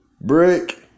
Brick